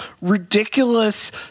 ridiculous